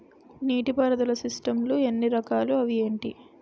నీటిపారుదల సిస్టమ్ లు ఎన్ని రకాలు? అవి ఏంటి?